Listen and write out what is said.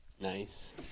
Nice